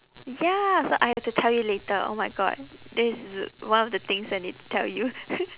ya so I have to tell you later oh my god this is one of the things I need to tell you